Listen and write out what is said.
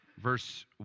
Verse